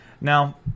Now